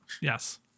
Yes